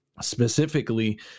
specifically